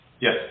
Yes